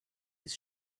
his